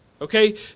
okay